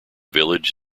village